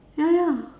ya ya